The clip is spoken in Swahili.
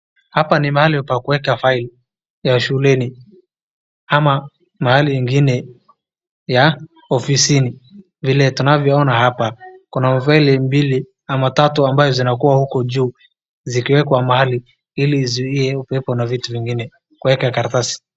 Hapa ni mahali pa kuweka file ya shuleni ama mahali ingine ya ofisini. Vile tunavyoona hapa kuna file mbili ama tatu ambayo zinakuwa kuwa huko juu zikiwekekwa mahali hili kuzuia upepo na vitu zingine. Kuwekwa karatasi.